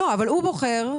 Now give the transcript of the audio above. אבל הוא בוחר,